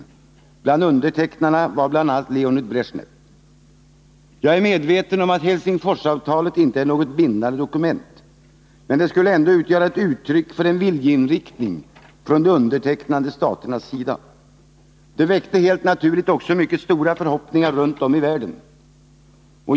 Bland undertecknarna var Leonid Bresjnev. Jag är medveten om att Helsingforsavtalet inte är något bindande dokument, men det skulle ändå utgöra ett uttryck för en viljeinriktning från de undertecknande staternas sida. Det väckte helt naturligt också mycket stora förhoppningar runt om i världen.